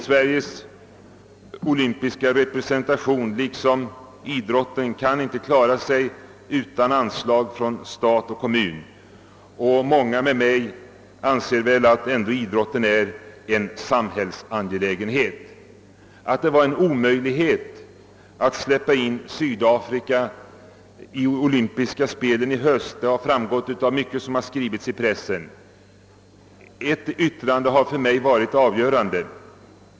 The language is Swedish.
Sveriges olympiska representation liksom idrotten över huvud taget kan inte klara sig utan anslag från stat och kommun, och många med mig anser att idrotten är en samhällsangelägenhet som berör oss alla. Att det hade varit en orimlighet att släppa in Sydafrika i olympiska spelen i höst har framgått av mycket av det som skrivits i pressen. Ett yttrande har för mig varit avgörande.